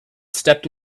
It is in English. stepped